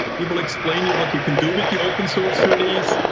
he will explain you what you can do with the open-source through this.